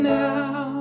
now